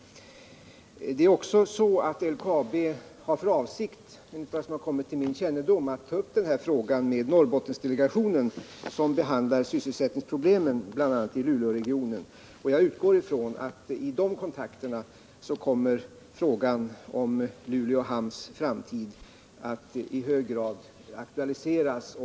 Det är också så att LKAB enligt vad som kommit till min kännedom har för avsikt att ta upp den här saken med Norrbottendelegationen, som behandlar sysselsättningsproblemen bl.a. i Luleåregionen. Jag utgår ifrån att vid de kontakterna kommer frågan om Luleå hamns framtid Nr 38 att i hög grad aktualiseras.